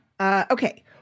Okay